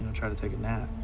and try to take a nap.